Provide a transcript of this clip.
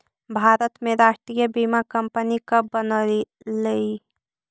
भारत में राष्ट्रीय बीमा कंपनी कब बनलइ?